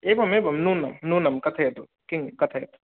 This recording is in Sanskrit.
एवमेवं नूनं नूनं कथयतु किं कथयतु